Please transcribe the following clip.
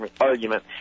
argument